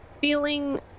feeling